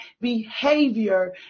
behavior